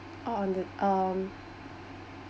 or on the um